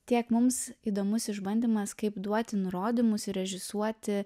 tiek mums įdomus išbandymas kaip duoti nurodymus ir režisuoti